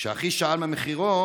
כשאחי שאל למחירו,